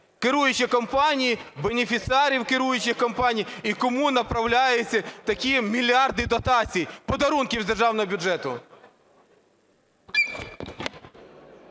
керуючі компанії, бенефіціарів керуючих компаній, і кому направляються такі мільярди дотацій – подарунки з державного бюджету.